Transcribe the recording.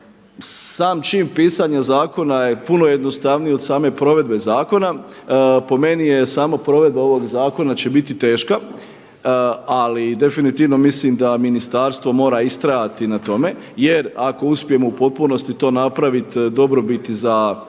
sam čin pisanja zakona je puno jednostavniji od same provedbe zakona, po meni je samo provedba ovoga zakona će biti teška ali definitivno mislim da ministarstvo mora istrajati na tome jer ako uspijemo u potpunosti to napraviti dobrobiti za ovu